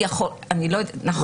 נכון.